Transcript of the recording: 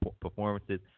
performances